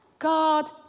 God